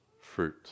fruit